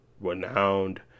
renowned